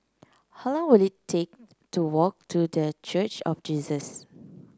how long will it take to walk to The Church of Jesus